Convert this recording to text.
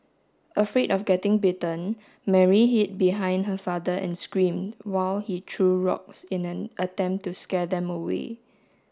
afraid of getting bitten Mary hid behind her father and screamed while he threw rocks in an attempt to scare them away